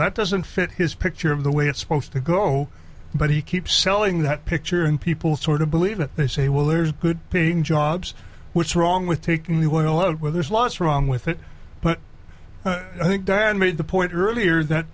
that doesn't fit his picture of the way it's supposed to go but he keeps selling that picture and people sort of believe it they say well there's good paying jobs which is wrong with taking the one where there's lots wrong with it but i think darren made the point earlier that